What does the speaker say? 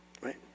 right